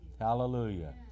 Hallelujah